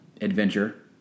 adventure